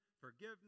forgiveness